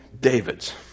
David's